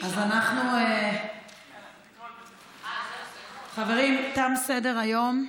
אז אנחנו, חברים, תם סדר-היום.